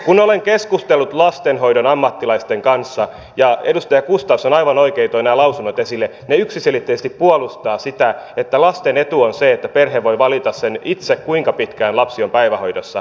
kun olen keskustellut lastenhoidon ammattilaisten kanssa ja edustaja gustafsson aivan oikein toi nämä lausunnot esille ne yksiselitteisesti puolustavat sitä että lasten etu on se että perhe voi valita itse kuinka pitkään lapsi on päivähoidossa